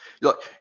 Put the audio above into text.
look